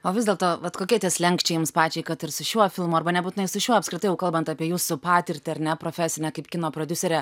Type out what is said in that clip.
o vis dėlto vat kokie tie slenksčiai jums pačiai kad ir su šiuo filmu arba nebūtinai su šiuo apskritai jau kalbant apie jūsų patirtį ar ne profesinę kaip kino prodiuserė